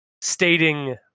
stating